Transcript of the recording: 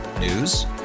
News